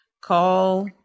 Call